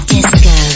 Disco